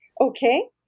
Okay